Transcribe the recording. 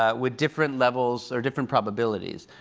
ah with different levels, or different probabilities.